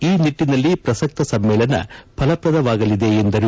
ಈ ನಿಟ್ಟಿನಲ್ಲಿ ಪ್ರಸಕ್ತ ಸಮ್ಮೇಳನ ಫಲಪ್ರದವಾಗಲಿದೆ ಎಂದರು